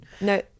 No